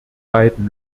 beiden